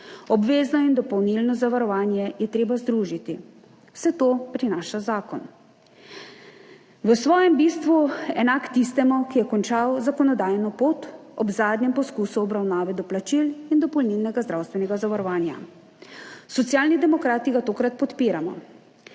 Obvezno in dopolnilno zavarovanje je treba združiti. Vse to prinaša zakon, v svojem bistvu enak tistemu, ki je končal zakonodajno pot ob zadnjem poskusu obravnave doplačil in dopolnilnega zdravstvenega zavarovanja. Socialni demokrati ga tokrat podpiramo.